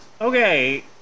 okay